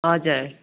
हजुर